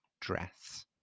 dress